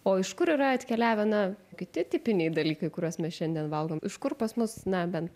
o iš kur yra atkeliavę na kiti tipiniai dalykai kuriuos mes šiandien valgom iš kur pas mus na bent